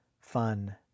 fun